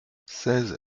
seize